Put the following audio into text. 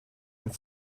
and